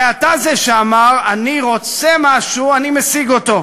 הרי אתה זה שאמר: אני רוצה משהו, אני משיג אותו.